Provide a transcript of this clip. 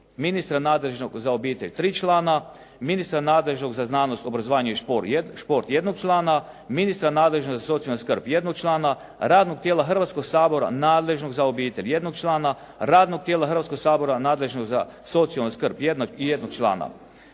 ministra nadležnog za obitelj 3 člana, ministra nadležnog za znanost, obrazovanje i šport jednog člana, ministra nadležnog za socijalnu skrb jednog člana, radnog tijela Hrvatskog sabora nadležnog za obitelj jednog člana, radnog tijela Hrvatskog sabora nadležnog za socijalnu skrb jednog člana.